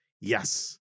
yes